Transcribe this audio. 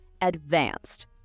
Advanced